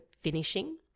finishing